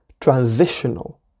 transitional